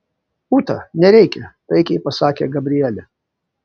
ūta nereikia taikiai pasakė gabrielė